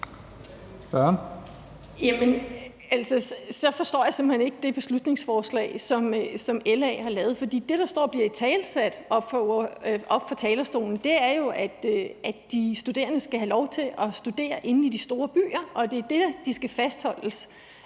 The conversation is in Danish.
Så forstår jeg simpelt hen ikke det beslutningsforslag, som LA har fremsat. For det, der bliver italesat oppe fra talerstolen, er jo, at de studerende skal have lov til at studere inde i de store byer, og at det er dér, de skal fastholdes,